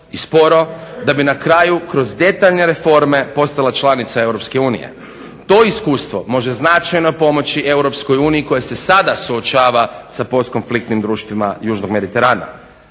i sporo da bi na kraju kroz detaljne reforme postala članica EU. To iskustvo može značajno pomoći EU koja se sada suočava sa postkonfliktnim društvima južnog Mediterana.